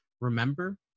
remember